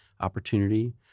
opportunity